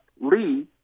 Lee